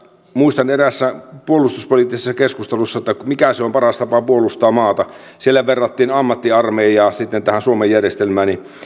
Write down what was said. muistan kun eräässä puolustuspoliittisessa keskustelussa puhuttiin siitä mikä on paras tapa puolustaa maata siellä verrattiin ammattiarmeijaa sitten tähän suomen järjestelmään